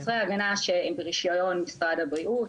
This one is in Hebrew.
קרמי ההגנה שהם ברישיון משרד הבריאות